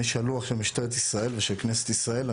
שלוח של משטרת ישראל ושל כנסת ישראל.